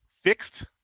fixed